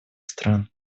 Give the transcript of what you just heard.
стран